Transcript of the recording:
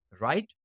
right